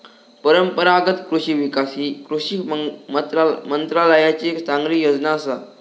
परंपरागत कृषि विकास ही कृषी मंत्रालयाची चांगली योजना असा